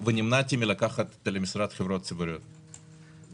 ונמנעתי מלקחת למשרד חברות ציבוריות,